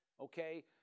okay